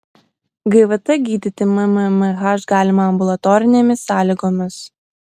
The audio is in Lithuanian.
gvt gydyti mmmh galima ambulatorinėmis sąlygomis